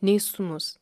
nei sūnus